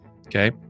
okay